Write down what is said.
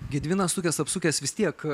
gediminas sukęs apsukęs vis tiek